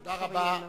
תודה רבה.